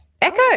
echo